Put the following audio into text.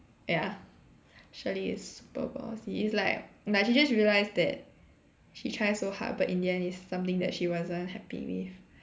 ya Shirley is super ballsy is like like she just realised that she try so hard but in the end is something that she wasn't happy with